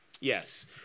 Yes